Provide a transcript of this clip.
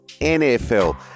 NFL